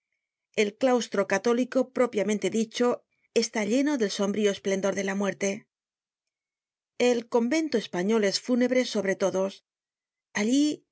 el claustro católico propiamente dicho está lleno del sombrío esplendor de la muerte el convento español es fúnebre sobre todos allí